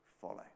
follow